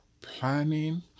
planning